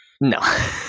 No